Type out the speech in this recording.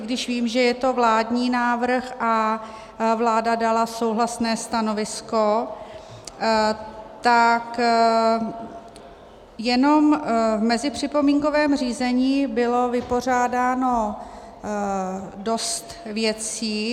I když vím, že je to vládní návrh a vláda dala souhlasné stanovisko, tak jenom v mezipřipomínkovém řízení bylo vypořádáno dost věcí.